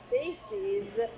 spaces